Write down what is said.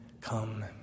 come